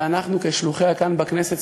ואנחנו כשלוחיה כאן בכנסת,